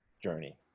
journey